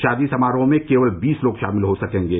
शादी समारोह में केवल बीस लोग शामिल हो सकेंगे